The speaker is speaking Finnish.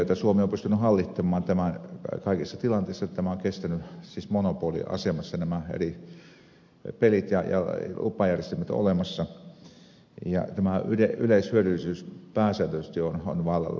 suomi on pystynyt hallitsemaan tämän kaikissa tilanteissa että tämä on kestänyt siis monopoliasemassa nämä eri pelit ja lupajärjestelmät ovat olemassa ja tämä yleishyödyllisyys on pääsääntöisesti vallalla